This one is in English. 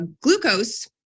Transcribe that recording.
glucose